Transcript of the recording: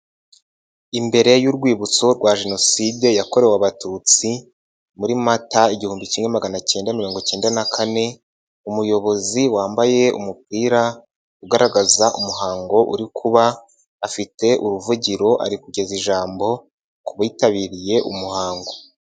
Imbere y'Urwibutso rwa Jenoside yakorewe Abatutsi muri mata igihumbi kimwe maganacyenda mirongocyenda na kane, umuyobozi wambaye umupira ugaragaza umuhango uri kuba afite uruvugiro ari kugeza ijambo ku bitabiriye umuhango.